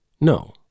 No